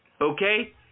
okay